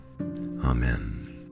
Amen